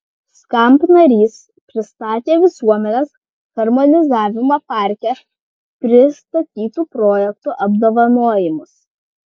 skamp narys pristatė visuomenės harmonizavimo parke pristatytų projektų apdovanojimus